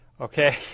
Okay